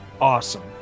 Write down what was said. awesome